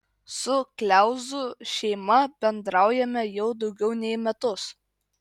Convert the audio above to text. su kliauzų šeima bendraujame jau daugiau nei metus